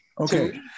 Okay